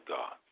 God